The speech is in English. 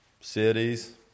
Cities